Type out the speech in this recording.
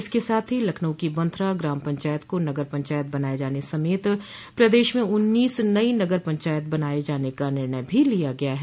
इसके साथ ही लखनऊ की बन्थरा ग्राम पंचायत को नगर पंचायत बनाये जाने समेत प्रदेश में उन्नीस नई नगर पंचायत बनाये जाने का निर्णय भी लिया गया है